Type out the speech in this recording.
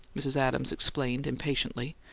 mrs. adams explained, impatiently.